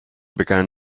began